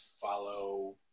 follow